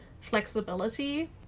flexibility